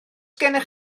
gennych